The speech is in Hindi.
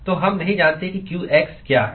तो हम नहीं जानते कि qx क्या है